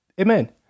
Amen